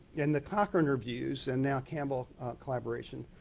and the cochran reviews and now campbell collaboration,